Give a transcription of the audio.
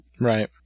Right